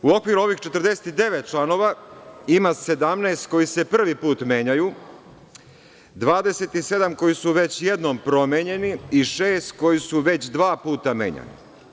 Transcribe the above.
U okviru ovih 49 članova ima 17 koji se prvi put menjaju, 27 koji su već jednom promenjeni i šest koji su već dva puta menjani.